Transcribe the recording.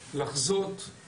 לחזות,